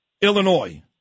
Illinois